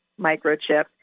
microchip